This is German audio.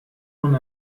man